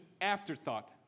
afterthought